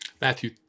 Matthew